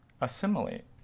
assimilate